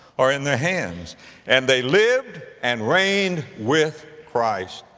or in their hands and they lived and reigned with christ,